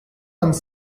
vingt